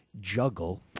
juggle